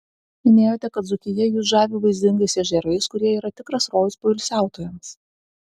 minėjote kad dzūkija jus žavi vaizdingais ežerais kurie yra tikras rojus poilsiautojams